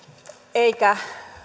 eikä